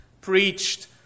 preached